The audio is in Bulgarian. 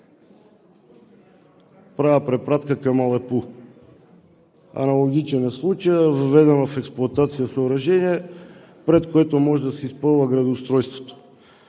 Правя препратка към Алепу. Аналогичен е случаят – въведено в експлоатация съоръжение, пред което може да се изпълнява градоустройството.